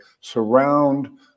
surround